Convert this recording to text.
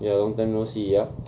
ya long time no see ya